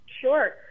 Sure